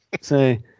say